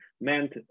meant